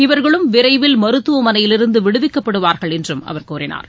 இவர்களும் விரைவில் மருத்துவமனையிலிருந்து விடுவிக்கப்படுவார்கள் என்றும் அவர் குறிப்பிட்டார்